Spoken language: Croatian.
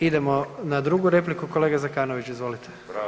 Idemo na drugu repliku, kolega Zekanović, izvolite.